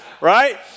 right